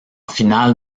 finale